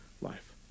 life